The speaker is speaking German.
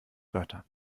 wörter